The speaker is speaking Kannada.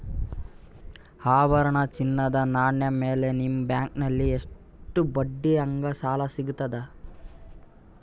ಆಭರಣ, ಚಿನ್ನದ ನಾಣ್ಯ ಮೇಲ್ ನಿಮ್ಮ ಬ್ಯಾಂಕಲ್ಲಿ ಎಷ್ಟ ಬಡ್ಡಿ ಹಂಗ ಸಾಲ ಸಿಗತದ?